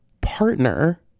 partner